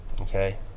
okay